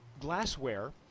glassware